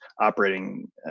operating